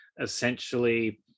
essentially